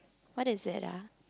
what is it ah